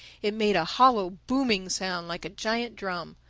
it made a hollow booming sound, like a giant drum.